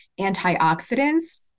antioxidants